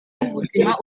rw’ubuzima